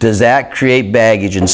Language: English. does that create baggage